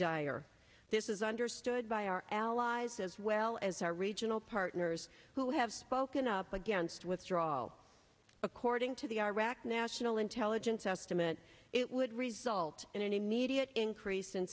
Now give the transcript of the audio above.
dire this is understood by our allies as well as our regional partners who have spoken up against withdrawal according to the iraq national intelligence estimate it would result in an immediate increase in